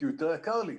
כי הוא יותר יקר לי.